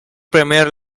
premier